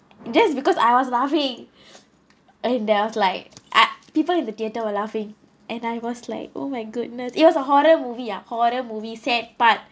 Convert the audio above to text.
just because I was laughing and there was like I people in the theater were laughing and I was like oh my goodness it was a horror movie ah horror movie sad part